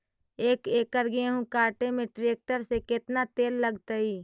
एक एकड़ गेहूं काटे में टरेकटर से केतना तेल लगतइ?